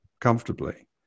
comfortably